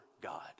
God